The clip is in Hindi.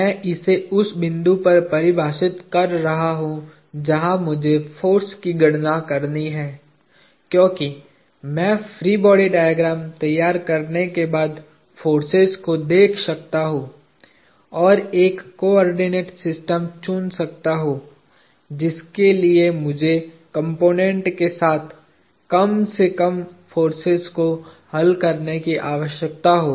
मैं इसे उस बिंदु पर परिभाषित कर रहा हूं जहां मुझे फोर्स की गणना करनी है क्योंकि मैं फ्री बॉडी डायग्राम तैयार करने के बाद फोर्सेज को देख सकता हूं और एक कोआर्डिनेट सिस्टम चुन सकता हूं जिसके लिए मुझे कंपोनेंट्स के साथ कम से कम फोर्सेज को हल करने की आवश्यकता हो